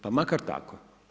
Pa makar tako.